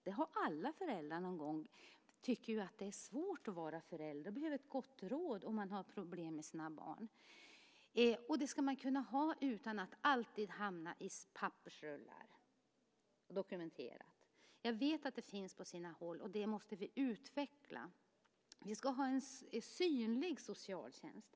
Det har alla föräldrar någon gång och tycker att det är svårt att vara förälder. Man behöver ett gott råd om man har problem med sina barn. Det ska man kunna få utan att alltid hamna i pappersrullar, dokumenterat. Vi vet att detta finns på sina håll, och det ska vi utveckla. Vi ska ha en synlig socialtjänst.